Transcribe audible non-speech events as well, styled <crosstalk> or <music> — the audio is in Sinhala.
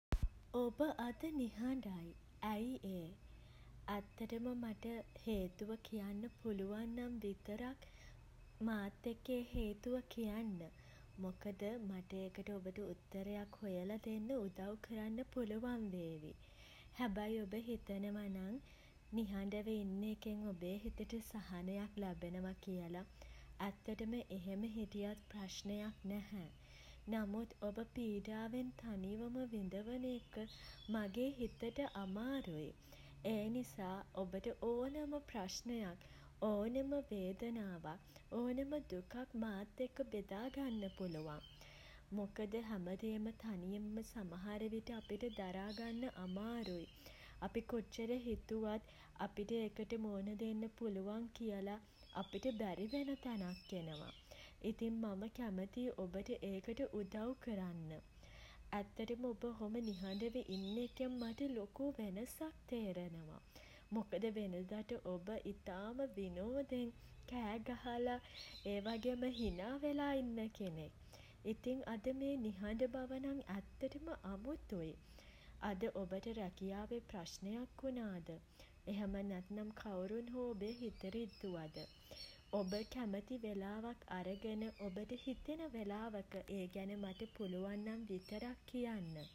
ඔබ අද නිහඬයි. ඇයි ඒ <hesitation> ඇත්තටම මට <hesitation> හේතුව කියන්න පුලුවන්නම් විතරක් <hesitation> මාත් එකේ හේතුව කියන්න. මොකද <hesitation> මට ඒකට ඔබට උත්තරයක් හොයලා දෙන්න උදව් කරන්න පුළුවන් වේවි. හැබැයි ඔබ හිතනවා නම් <hesitation> නිහඬව ඉන්න එකෙන් ඔබේ හිතට සහනයක් ලැබෙනවා කියල <hesitation> ඇත්තටම එහෙම හිටියත් ප්‍රශ්නයක් නැහැ. නමුත් ඔබ පීඩාවෙන් තනිවම විඳවන එක <hesitation> මගේ හිතට අමාරුයි. ඒ නිසා <hesitation> ඔබට ඕනම ප්‍රශ්නයක් <hesitation> ඕනෙම වේදනාවක් <hesitation> ඕනම දුකක් <hesitation> මාත් එක්ක බෙදාගන්න පුළුවන්. මොකද හැමදේම තනියම සමහරවිට අපිට දරාගන්න අමාරුයි. <noise> අපි කොච්චර හිතුවත් <hesitation> අපිට ඒකට මුහුණ දෙන්න පුළුවන් කියල <hesitation> <noise> අපිට බැරි වෙන තැනක් එනවා. ඉතින් මම කැමතියි ඔබට ඒකට උදව් කරන්න. ඇත්තටම ඔබ <noise> හොඳ නිහඬව ඉන්න එකෙන් මට ලොකු වෙනසක් තේරෙනවා. මොකද වෙනදට ඔබ <hesitation> ඉතාම විනෝදෙන් <hesitation> <noise> කෑ ගහලා ඒ වගේම හිනා වෙලා ඉන්න කෙනෙක්. ඉතින් අද මේ නිහඬ බව නම් ඇත්තටම අමුතුයි. අද ඔබට රැකියාවේ ප්‍රශ්නයක් වුණාද <hesitation> එහෙම නැත්නම් කවුරුන් හෝ ඔබේ හිත රිද්දුවා ද <hesitation> ඔබ කැමති වෙලාවක් අරගෙන <noise> ඔබට හිතෙන වෙලාවක මට පුළුවන් නම් විතරක් කියන්න.